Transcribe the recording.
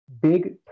big